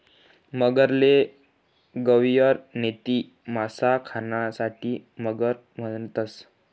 मगरले गविअल नैते मासा खानारी मगर म्हणतंस